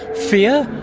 fear?